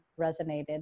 resonated